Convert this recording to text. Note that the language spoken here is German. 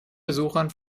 besuchern